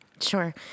Sure